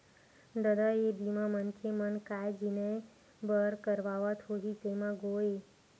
ददा ये बीमा मनखे मन काय जिनिय बर करवात होही तेमा गोय?